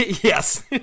yes